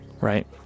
right